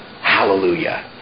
Hallelujah